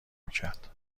میکرد